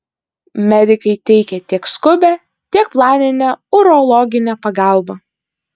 medikai teikia tiek skubią tiek planinę urologinę pagalbą